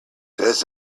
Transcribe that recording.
does